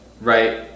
right